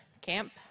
camp